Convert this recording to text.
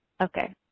Okay